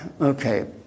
okay